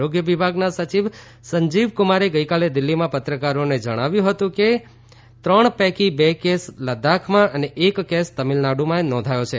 આરોગ્ય વિભાગના સચિવ સંજીવકુમારે ગઇકાલે દિલ્હીમાં પત્રકારોને જણાવ્યું હતું કે આ ત્રણ પૈકી બે કેસ લદ્દાખમાં અને એક કેસ તમિલનાડુમાં નોંધાયો છે